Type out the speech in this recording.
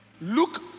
look